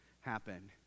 happen